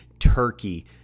turkey